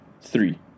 Three